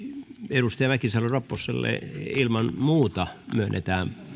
edustaja mäkisalo ropposelle ilman muuta myönnetään